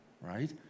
right